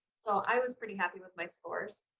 so i was pretty happy with my scores.